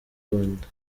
rwanda